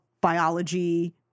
biology